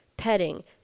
petting